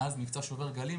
מאז מבצע שובר גלים,